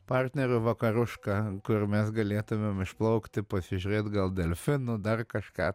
partnerių vakaruška kur mes galėtumėm išplaukti pasižiūrėt gal delfinų dar kažką